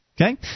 Okay